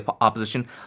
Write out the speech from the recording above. opposition